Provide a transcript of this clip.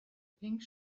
pink